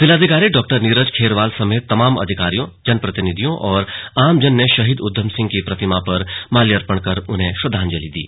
जिलाधिकारी डॉक्टर नीरज खैरवाल समेत तमाम अधिकारियों जनप्रतिनिधियों और आमजन ने शहीद उधम सिंह की प्रतिमा पर माल्यार्पण कर श्रद्धांजलि दी